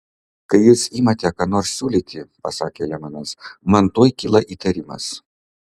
kai jūs imate ką nors siūlyti pasakė lemanas man tuoj kyla įtarimas